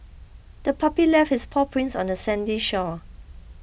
the puppy left its paw prints on the sandy shore